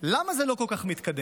למה זה לא כל כך מתקדם?